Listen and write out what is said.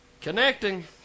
Connecting